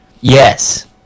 yes